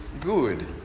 good